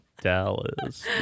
Dallas